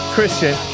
Christian